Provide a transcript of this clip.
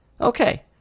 Okay